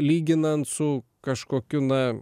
lyginant su kažkokiu na